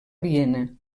viena